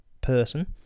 person